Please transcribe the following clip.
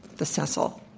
the cecil.